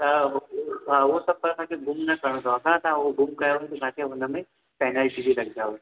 त उ सबि असांखे गुम न करणु थव असाये हिते गुम कयव त तांखे हुन में पेन्लटी बुधा ईंदव